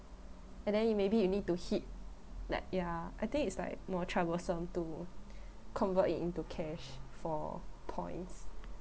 and then you maybe you need to hit that ya I think it's like more troublesome to convert it into cash for points